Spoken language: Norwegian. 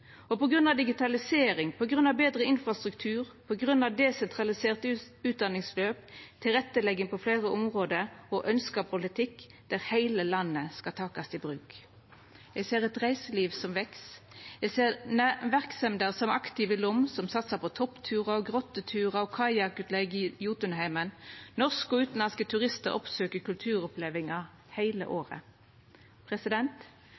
digitalisering, på grunn av betre infrastruktur, på grunn av desentraliserte utdanningsløp, tilrettelegging på fleire område og ønskt politikk, der heile landet skal takast i bruk. Eg ser eit reiseliv som veks. Eg ser verksemder som Aktiv i Lom, som satsar på toppturar, grotteturar og kajakkutleige i Jotunheimen. Norske og utanlandske turistar oppsøkjer kulturopplevingar – heile